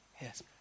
Yes